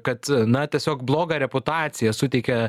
kad na tiesiog blogą reputaciją suteikia